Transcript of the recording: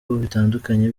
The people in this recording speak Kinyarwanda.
bitandukanye